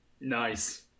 Nice